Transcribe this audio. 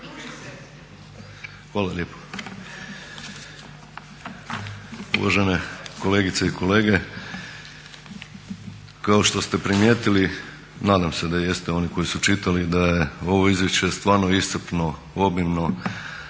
Hvala lijepo. Uvažene kolegice i kolege, kao što ste primijetili, nadam se da jeste, oni koji su čitali da je ovo izvješće stvarno iscrpno, obimno.